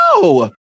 No